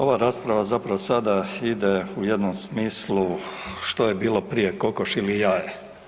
Ova rasprava zapravo sada ide u jednom smislu što je bilo prije kokoš ili jaje.